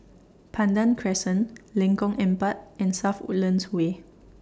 Pandan Crescent Lengkong Empat and South Woodlands Way